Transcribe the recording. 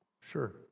sure